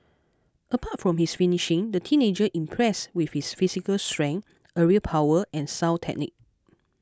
apart from his finishing the teenager impressed with his physical strength aerial power and sound technique